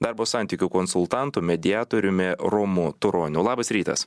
darbo santykių konsultantu mediatoriumi romu turonu labas rytas